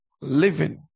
living